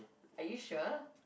are you sure